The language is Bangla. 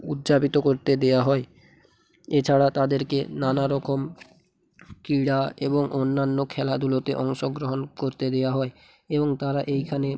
উদযাপিত করতে দেওয়া হয় এছাড়া তাদেরকে নানারকম ক্রীড়া এবং অন্যান্য খেলাধুলোতে অংশগ্রহণ করতে দেওয়া হয় এবং তারা এইখানে